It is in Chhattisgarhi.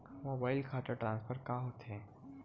मोबाइल खाता ट्रान्सफर का होथे?